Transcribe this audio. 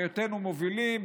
בהיותנו מובילים,